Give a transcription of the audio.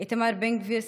איתמר בן גביר,